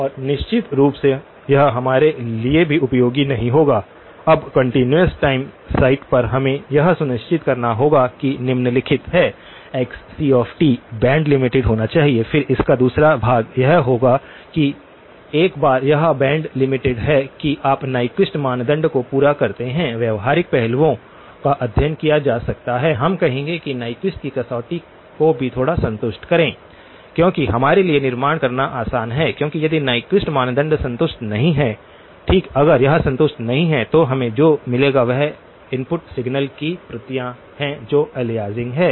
और निश्चित रूप से यह हमारे लिए भी उपयोगी नहीं होगा अब कंटीन्यूअस टाइम साइट पर हमें यह सुनिश्चित करना होगा कि निम्नलिखित है xct बैंड लिमिटेड होना चाहिए फिर इसका दूसरा भाग यह होगा कि एक बार यह बैंड लिमिटेड है कि आप न्यक्विस्ट मानदंड को पूरा करते हैं व्यावहारिक पहलुओं का अध्ययन किया जा सकता है हम कहेंगे कि Nyquist की कसौटी को भी थोड़ा संतुष्ट करें क्योंकि हमारे लिए निर्माण करना आसान है क्योंकि यदि न्यक्विस्ट मानदंड संतुष्ट नहीं है ठीक अगर यह संतुष्ट नहीं है तो हमें जो मिलेगा वह इनपुट सिग्नल की प्रतियां हैं जो अलियासिंग हैं